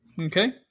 Okay